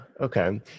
Okay